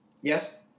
Yes